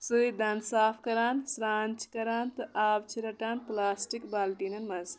سۭتۍ دَنٛد صاف کَران سَرٛان چھِ کَران تہٕ آب چھِ رَٹان پٕلاسٹِک بالٹیٖنَن منٛز